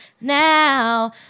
now